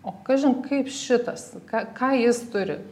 o kažin kaip šitas ką ką jis turi